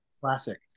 classic